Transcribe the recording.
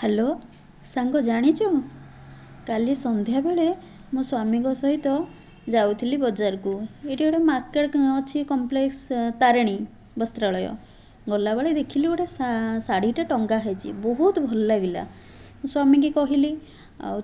hello ସାଙ୍ଗ ଜାଣିଛୁ କାଲି ସନ୍ଧ୍ୟାବେଳେ ମୋ ସ୍ୱାମୀଙ୍କ ସହିତ ଯାଉଥିଲି ବଜାରକୁ ସେଠି ଗୋଟେ ମାର୍କେଟ ଅଛି କମ୍ପ୍ଲେକ୍ସ ତାରିଣୀ ବସ୍ତ୍ରାଳୟ ଗଲାବେଳେ ଦେଖିଲି ଗୋଟେ ଶାଢ଼ୀଟେ ଟଙ୍ଗା ହେଇଛି ବହୁତ ଭଲ ଲାଗିଲା ସ୍ୱାମୀଙ୍କି କହିଲି